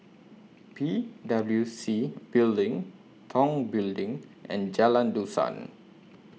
P W C Building Tong Building and Jalan Dusan